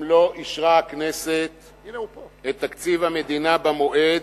אם לא אישרה הכנסת את תקציב המדינה במועד,